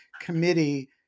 committee